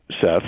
Seth